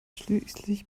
schließlich